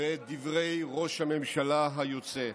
בעת דברי ראש הממשלה היוצא.